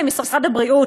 למשרד הבריאות,